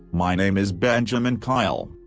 my name is benjaman kyle.